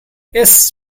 yes